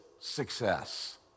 success